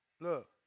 Look